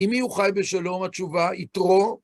עם מי הוא חי בשלום? התשובה, יתרו...